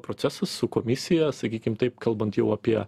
procesu su komisija sakykim taip kalbant jau apie